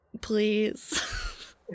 please